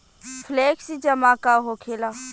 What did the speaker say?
Flexi जमा का होखेला?